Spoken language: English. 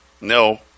No